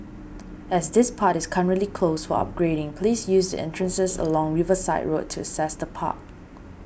as this part is currently closed for upgrading please use the entrances along Riverside Road to access the park